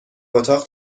اتاق